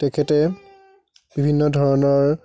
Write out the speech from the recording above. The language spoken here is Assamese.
তেখেতে বিভিন্ন ধৰণৰ